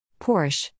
Porsche